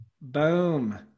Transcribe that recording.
Boom